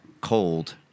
cold